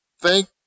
thank